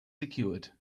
secured